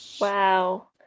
Wow